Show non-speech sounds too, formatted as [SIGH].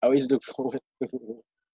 I always look forward [LAUGHS] to the dog [LAUGHS]